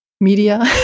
media